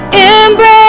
embrace